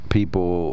people